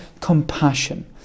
compassion